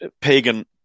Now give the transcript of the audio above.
pagan